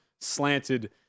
slanted